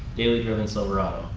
daily driven silverado.